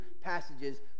passages